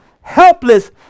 helpless